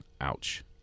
ouch